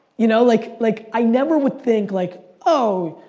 you know? like like i never would think, like oh,